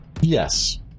yes